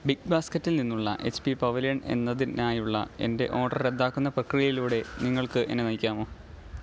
big ബാസ്ക്കറ്റിൽ നിന്നുള്ള H P pavilion എന്നതിനായുള്ള എൻ്റെ ഓഡർ റദ്ദാക്കുന്ന പ്രക്രിയയിലൂടെ നിങ്ങൾക്ക് എന്നെ നയിക്കാമോ